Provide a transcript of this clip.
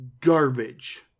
Garbage